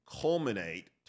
culminate